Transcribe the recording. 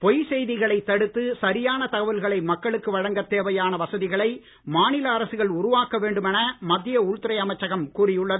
பொய்ச் செய்திகளை தடுத்து சரியான தகவல்களை மக்களுக்கு வழங்கத் தேவையான வசதிகளை மாநில அரசுகள் உருவாக்க வேண்டுமென மத்திய உள்துறை அமைச்சகம் கூறி உள்ளது